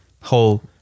whole